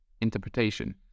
interpretation